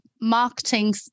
marketing